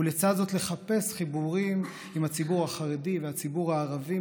ולצד זאת לחפש חיבורים עם הציבור החרדי והציבור הערבי,